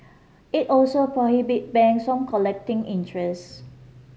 it also prohibit bank collecting interest